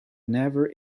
never